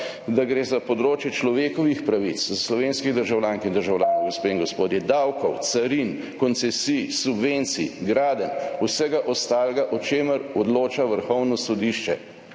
da gre za področje človekovih pravic slovenskih državljank in državljanov, gospe in gospodje, davkov, carin, koncesij, subvencij, gradenj, vsega ostalega, o čemer odloča Vrhovno sodišče.